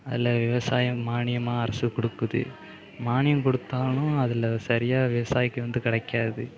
அதில் விவசாயம் மானியமாக அரசு கொடுக்குது மானியம் கொடுத்தாலும் அதில் சரியாக விவசாயிக்கு வந்து கிடைக்காது